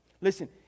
Listen